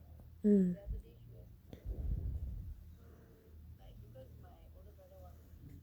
mm